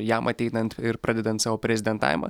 jam ateinant ir pradedant savo prezidentavimą